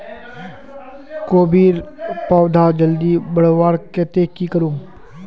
कोबीर पौधा जल्दी बढ़वार केते की करूम?